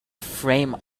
frame